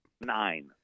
nine